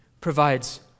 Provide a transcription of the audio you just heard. provides